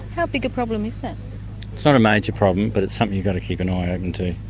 how big a problem is that sort of major problem but it's something you've got to keep an eye open to.